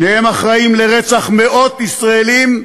שניהם אחראים לרצח מאות ישראלים,